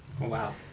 Wow